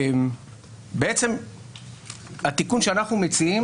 הרעיון המסדר בתיקון שאנחנו מציעים